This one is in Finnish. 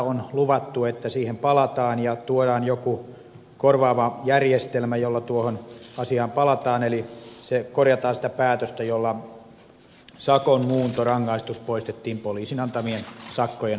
on luvattu että siihen palataan ja tuodaan jokin korvaava järjestelmä jolla tuohon asiaan palataan eli korjataan sitä päätöstä jolla sakon muuntorangaistus poistettiin poliisin antamien sakkojen osalta